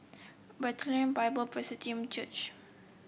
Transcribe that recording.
Bethlehem Bible Presbyterian Church